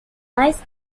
ionized